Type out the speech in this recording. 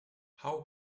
how